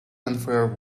unfair